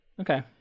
okay